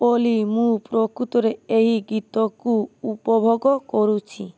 ଅଲି ମୁଁ ପ୍ରକୃତରେ ଏହି ଗୀତକୁ ଉପଭୋଗ କରୁଛି